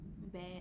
bad